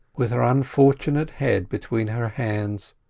with her unfortunate head between her hands,